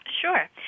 Sure